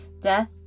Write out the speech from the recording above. Death